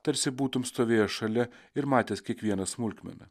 tarsi būtum stovėjęs šalia ir matęs kiekvieną smulkmeną